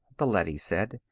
the leady said,